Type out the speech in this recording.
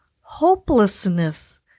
hopelessness